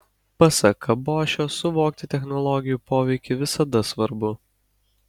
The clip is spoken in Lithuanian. pasak kabošio suvokti technologijų poveikį visada svarbu